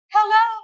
Hello